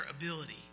ability